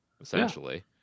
essentially